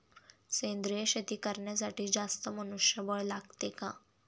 सेंद्रिय शेती करण्यासाठी जास्त मनुष्यबळ लागते का?